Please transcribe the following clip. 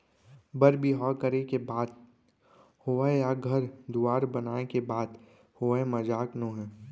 बर बिहाव करे के बात होवय या घर दुवार बनाए के बात होवय मजाक नोहे